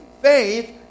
Faith